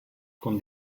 con